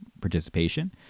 participation